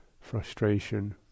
frustration